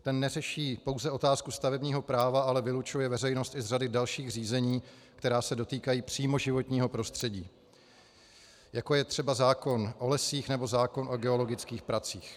Ten neřeší pouze otázku stavebního práva, ale vylučuje veřejnost i z řady dalších řízení, která se dotýkají přímo životního prostředí, jako je třeba zákon o lesích nebo zákon o geologických pracích.